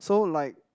so like